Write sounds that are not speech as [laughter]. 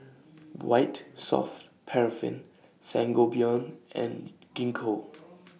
White Soft Paraffin Sangobion and Gingko [noise]